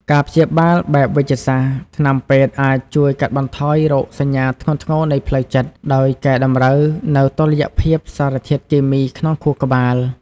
ការព្យាបាលបែបវេជ្ជសាស្ត្រ ថ្នាំពេទ្យអាចជួយកាត់បន្ថយរោគសញ្ញាធ្ងន់ធ្ងរនៃជំងឺផ្លូវចិត្ត ដោយកែតម្រូវនូវតុល្យភាពសារធាតុគីមីក្នុងខួរក្បាល។